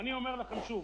ואני אומר לכם שוב,